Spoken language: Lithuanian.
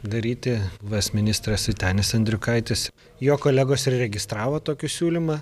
daryti buvęs ministras vytenis andriukaitis jo kolegos ir įregistravo tokį siūlymą